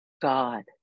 God